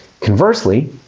Conversely